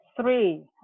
three